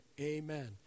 amen